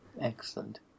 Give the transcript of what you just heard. Excellent